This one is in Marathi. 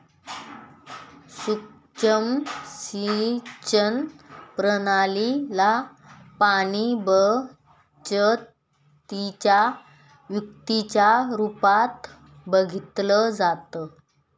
सुक्ष्म सिंचन प्रणाली ला पाणीबचतीच्या युक्तीच्या रूपात बघितलं जातं